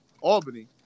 Albany